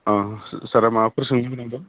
अ सारहा माबाफोर सोंनो गोनां दं